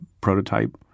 prototype